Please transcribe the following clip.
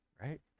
right